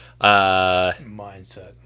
Mindset